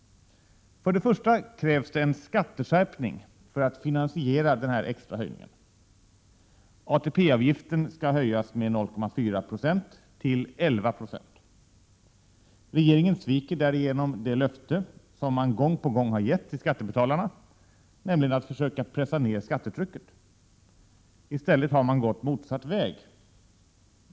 3 juni 1988 För det första krävs det en skatteskärpning för att finansiera den här extra höjningen. ATP-avgiften skall höjas med 0,4 9 till 11 926. Regeringen sviker därigenom det löfte som man gång på gång har gett skattebetalarna, nämligen att försöka pressa ned skattetrycket. I stället har man gått motsatt väg.